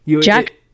Jack